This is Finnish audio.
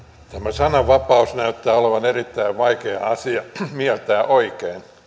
sananvapaus näyttää olevan erittäin vaikea asia mieltää oikein